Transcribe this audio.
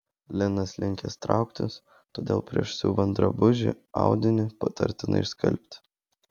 linas linkęs trauktis todėl prieš siuvant drabužį audinį patartina išskalbti